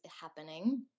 happening